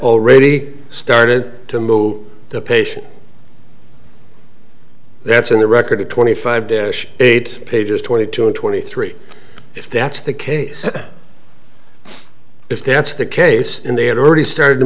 already started to move the patient that's in the record to twenty five dish eight pages twenty two and twenty three if that's the case if that's the case and they had already started to